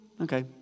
Okay